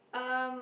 um